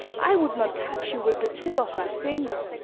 i would not touch you with the tip of my finger.